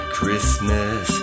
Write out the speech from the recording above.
Christmas